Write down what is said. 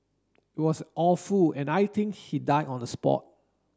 it was awful and I think he died on the spot